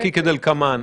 נכון.